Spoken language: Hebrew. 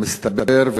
מסתבר,